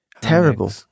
Terrible